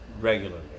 regularly